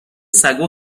سگا